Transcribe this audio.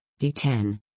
D10